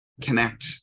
connect